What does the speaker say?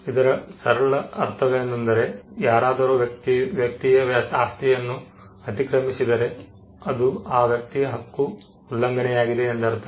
ಇದರ ಸರಳ ಅರ್ಥವೇನೆಂದರೆ ಯಾರಾದರೂ ವ್ಯಕ್ತಿಯ ಆಸ್ತಿಯನ್ನು ಅತಿ ಕ್ರಮಿಸಿದರೆ ಅದು ಆ ವ್ಯಕ್ತಿಯ ಹಕ್ಕು ಉಲ್ಲಂಘನೆಯಾಗಿದೆ ಎಂದರ್ಥ